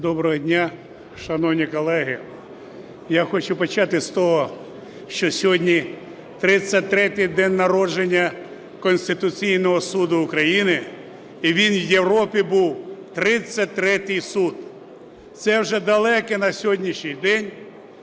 Доброго дня, шановні колеги! Я хочу почати з того, що сьогодні 33-й день народження Конституційного Суду України, і він в Європі був 33-й суд. Це вже далекі на сьогоднішній день